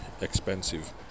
expensive